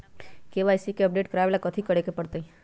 KYC के update करवावेला कथि करें के परतई?